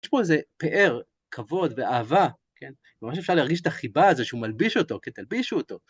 יש פה איזה פאר כבוד ואהבה, כן? ממש אפשר להרגיש את החיבה הזו שהוא מלביש אותו, כי תלבישו אותו.